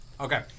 Okay